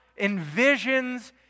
envisions